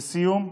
לסיום,